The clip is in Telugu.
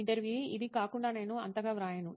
ఇంటర్వ్యూఈ ఇది కాకుండా నేను అంతగా వ్రాయను